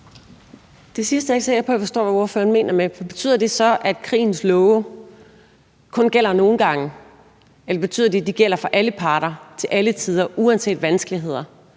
Det sidste er jeg ikke sikker på, jeg forstår hvad ordføreren mener med. For betyder det så, at krigens love kun gælder nogle gange? Eller betyder det, at de gælder for alle parter og til alle tider, uanset vanskeligheder?